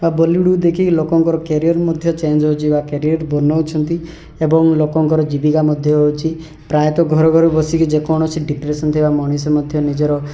ଆଉ ବଲିଉଡ଼୍କୁ ଦେଖିକି ଲୋକଙ୍କର କ୍ୟାରିୟର୍ ମଧ୍ୟ ଚେଞ୍ଜ୍ ହେଉଛି ବା କ୍ୟାରିୟର୍ ବନାଉଛନ୍ତି ଏବଂ ଲୋକଙ୍କର ଜୀବିକା ମଧ୍ୟ ହେଉଛି ପ୍ରାୟତଃ ଘର ଘର ବସିକି ଯେକୌଣସି ଡିପ୍ରେସନ୍ ଥିବା ମଣିଷ ମଧ୍ୟ ନିଜର